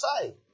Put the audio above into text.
say